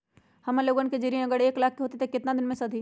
हमन लोगन के जे ऋन अगर एक लाख के होई त केतना दिन मे सधी?